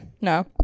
no